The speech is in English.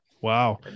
Wow